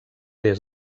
des